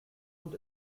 und